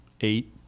Eight